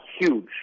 huge